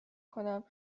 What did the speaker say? کنم